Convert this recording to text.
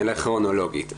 נלך כרונולוגי.